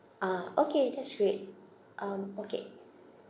ah okay that's great um okay